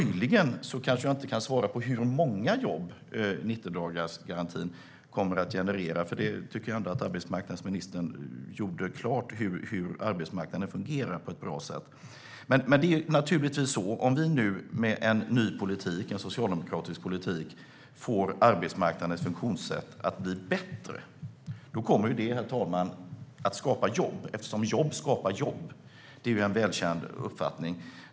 Jag kan inte kan svara på hur många jobb 90-dagarsgarantin kommer att generera, men jag tycker ändå att arbetsmarknadsministern på ett bra sätt har gjort klart hur arbetsmarknaden fungerar. Om vi med en ny socialdemokratisk politik får arbetsmarknadens funktionssätt att bli bättre kommer det, herr talman, att skapa jobb. Jobb skapar jobb. Det är en välkänd uppfattning.